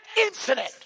incident